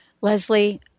Leslie